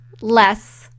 less